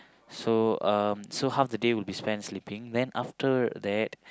so um so half the day will be spent sleeping then after that